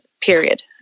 period